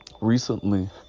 recently